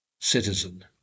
citizen